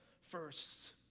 first